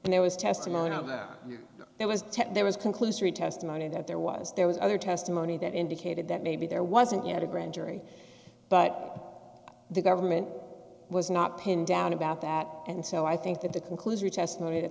and there was testimony there was there was conclusory testimony that there was there was other testimony that indicated that maybe there wasn't yet a grand jury but the government was not pinned down about that and so i think that the conclusory testimony that